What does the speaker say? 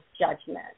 judgment